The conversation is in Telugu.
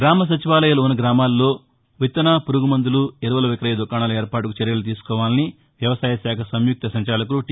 గ్రామ సచివాలయాలు ఉన్న గ్రామాల్లో విత్తన పురుగు మందులు ఎరువుల విక్రయ దుకాణాల ఏర్పాటుకు చర్యలు తీసుకోవాలని వ్యవసాయశాఖ సంయుక్త సంచాలకులు టీ